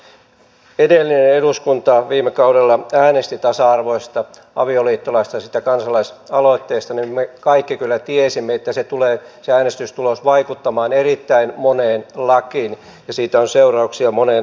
kun edellinen eduskunta viime kaudella äänesti tasa arvoisesta avioliittolaista siitä kansalaisaloitteesta niin me kaikki kyllä tiesimme että se äänestystulos tulee vaikuttamaan erittäin moneen lakiin siitä on seurauksia moneen lakiin